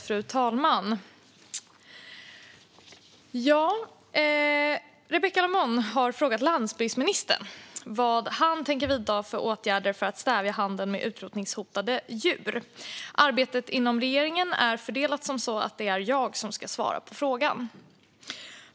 Fru talman! Rebecka Le Moine har frågat landsbygdsministern vad han tänker vidta för åtgärder för att stävja handeln med utrotningshotade djur. Arbetet inom regeringen är så fördelat att det är jag som ska svara på frågan.